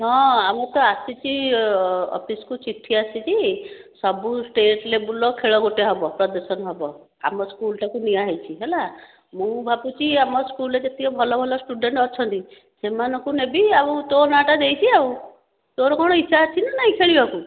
ହଁ ଆମକୁ ଆସିଛି ଅଫିସ୍ କୁ ଚିଠି ଆସିଛି ସବୁ ଷ୍ଟେଟ୍ ଲେବୁଲ ର ଖେଳ ଗୋଟେ ହେବ ପ୍ରଦର୍ଶନ ହେବ ଆମ ସ୍କୁଲଟା କୁ ନିଆ ହେଇଛି ହେଲା ମୁଁ ଭାବୁଛି ଆମ ସ୍କୁଲରେ ଯେତିକି ଭଲ ଭଲ ଷ୍ଟୁଡେଣ୍ଟ୍ ଅଛନ୍ତି ସେମାନଙ୍କୁ ନେବି ଆଉ ତୋ ନାଁ ଟା ଦେଇଛି ଆଉ ତୋର କଣ ଇଚ୍ଛା ଅଛି ନା ନାହିଁ ଖେଳିବାକୁ